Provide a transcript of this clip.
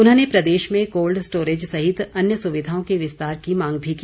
उन्होंने प्रदेश में कोल्ड स्टोरेज सहित अन्य सुविधाओं के विस्तार की मांग भी की